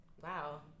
Wow